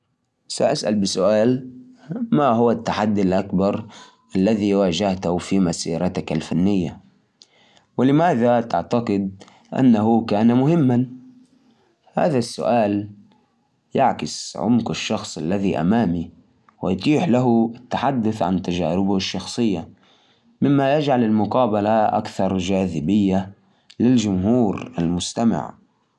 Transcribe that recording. كيف توازن بين النجاح في الكرة وحياتك الشخصية؟ وهل تشوف أن تضحية بالحياة الشخصية تستاهل كل الإنجازات التي حققتها؟ أسأل ذا السؤال لأنني دائما أفكر كيف الناس اللي في القمة بيتعاملوا مع الضغط، خصوصاً أن النجاح الكبير يجي معه ضغوطات، مو بس بالشغل، كمان بالعلاقات والعائله.